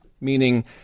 meaning